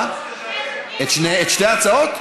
אני, אני, היושב-ראש, את שתי ההצעות?